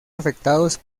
afectados